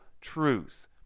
truth